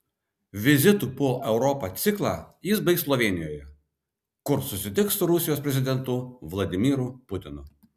vizitų po europą ciklą jis baigs slovėnijoje kur susitiks su rusijos prezidentu vladimiru putinu